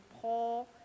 Paul